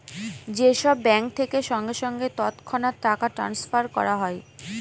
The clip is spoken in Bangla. যে সব ব্যাঙ্ক থেকে সঙ্গে সঙ্গে তৎক্ষণাৎ টাকা ট্রাস্নফার করা হয়